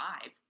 five